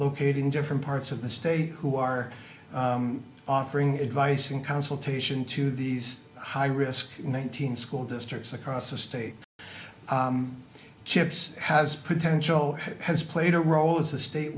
located in different parts of the state who are offering advice in consultation to these high risk one thousand school districts across the state chips has potential has played a role as a state